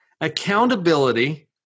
accountability